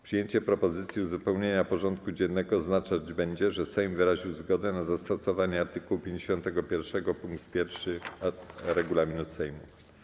Przyjęcie propozycji uzupełnienia porządku dziennego oznaczać będzie, że Sejm wyraził zgodę na zastosowanie art. 51 pkt 1 regulaminu Sejmu.